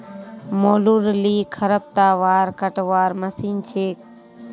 मोलूर ली खरपतवार कटवार मशीन छेक